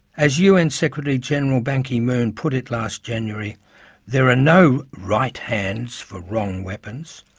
as un secretary-general ban ki-moon put it last january there are no right hands for wrong weapons.